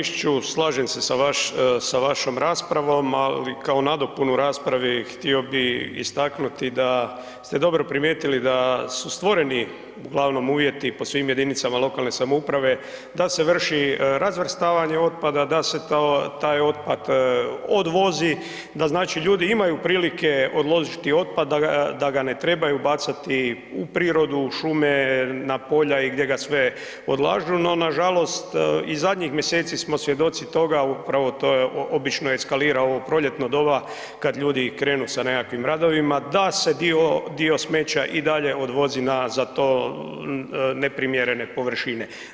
Poštovani kolega Mišiću, slažem se sa vašom raspravom, ali kao nadopunu raspravi, htio bi istaknuti da ste dobro primijetili da su stvoreni uglavnom uvjeti po svim jedinicama lokalne samouprave, da se vrši razvrstavanje otpada, da se taj otpad odvozi, da znači ljudi imaju prilike odložiti otpad, da ga ne trebaju bacati u prirodu, šume, na polja i gdje ga sve odlažu no nažalost i zadnjih mjeseci smo svjedoci toga, upravo to obično eskalira u ovo proljetno doba kad ljudi krenu sa nekakvim radovima, da se dio smeća i dalje odvozi na za to neprimjerene površine.